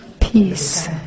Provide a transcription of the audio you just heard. peace